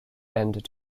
and